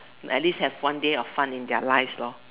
at least have one day of fun in their lives lor